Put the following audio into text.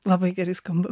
labai gerai skamba